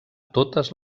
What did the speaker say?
totes